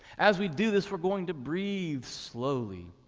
as we do this, we're going to breathe slowly.